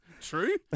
True